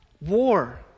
war